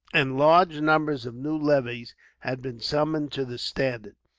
and large numbers of new levies had been summoned to the standard.